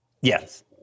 Yes